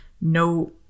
no